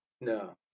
No